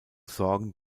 sorgen